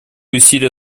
усилия